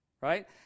Right